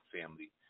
family